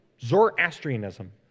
Zoroastrianism